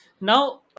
Now